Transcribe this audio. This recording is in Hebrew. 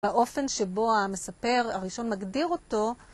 באופן שבו המספר הראשון מגדיר אותו.